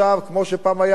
כמו שפעם היה,